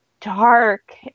dark